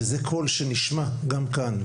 וזה קול שנשמע גם כאן.